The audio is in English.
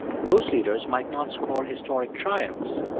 those leaders might not score historic triumphs,